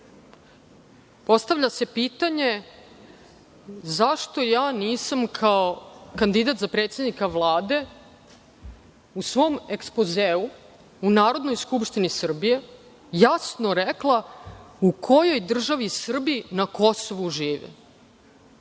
Postavlja se pitanje – zašto ja nisam kao kandidat za predsednika Vlade u svom ekspozeu u Narodnoj skupštini Srbije jasno rekla u kojoj državi Srbi na Kosovu žive?